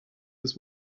his